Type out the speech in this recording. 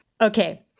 okay